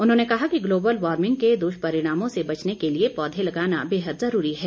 उन्होंने कहा कि ग्लोबल वार्मिंग के दुष्परिणामों से बचने के लिए पौधे लगाना बेहद जरूरी है